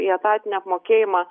į etatinį apmokėjimą